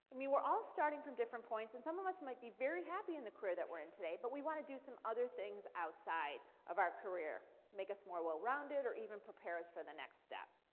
i mean we're all starting from different points, and some of us might be very happy in the career that we're in today, but we want to do some other things outside of our career to make us more well rounded or even prepare us for the next step,